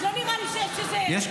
אז לא נראה לי שיש איזו פעילות מדהימה.